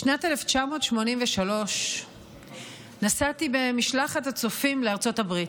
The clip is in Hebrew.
בשנת 1983 נסעתי במשלחת הצופים לארצות הברית.